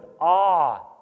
awe